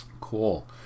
Cool